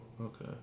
Okay